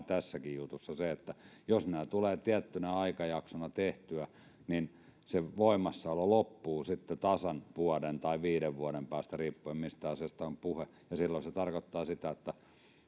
tässäkin jutussa nimenomaan se että jos nämä tulee tiettynä aikajaksona tehtyä niin se voimassaolo loppuu sitten tasan vuoden tai viiden vuoden päästä riippuen mistä asiasta on puhe ja silloin se tarkoittaa sitä että